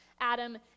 Adam